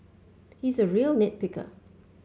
he is a real nit picker